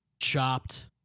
Chopped